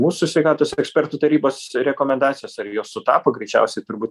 mūsų sveikatos ekspertų tarybos rekomendacijos ar jos sutapo greičiausiai turbūt